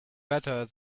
better